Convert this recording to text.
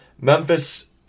Memphis